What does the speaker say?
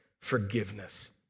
forgiveness